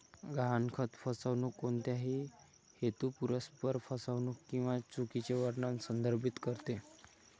गहाणखत फसवणूक कोणत्याही हेतुपुरस्सर फसवणूक किंवा चुकीचे वर्णन संदर्भित करते